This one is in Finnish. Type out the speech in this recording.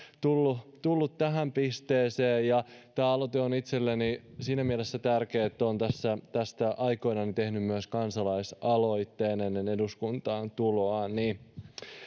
tullut tullut tähän pisteeseen tämä aloite on itselleni siinä mielessä tärkeä että olen tästä aikoinani myös tehnyt kansalaisaloitteen ennen eduskuntaan tuloani